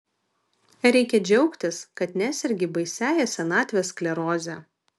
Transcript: reikia džiaugtis kad nesergi baisiąja senatvės skleroze